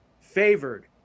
favored